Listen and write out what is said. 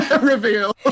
reveal